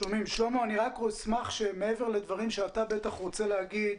שלמה, אני אשמח שמעבר לדברים אתה רוצה להגיד,